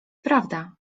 prawda